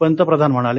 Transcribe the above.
पंतप्रधान म्हणाले